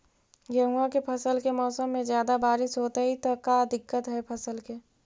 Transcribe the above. गेहुआ के फसल के मौसम में ज्यादा बारिश होतई त का दिक्कत हैं फसल के?